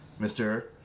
Mr